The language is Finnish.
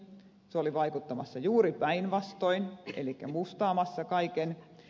se oli vaikuttamassa juuri päinvastoin elikkä mustaamassa kaiken